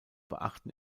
beachten